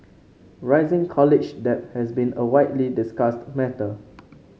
rising college debt has been a widely discussed matter